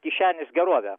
kišenės gerove